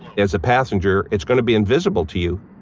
as a passenger, it's going to be invisible to you.